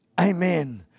Amen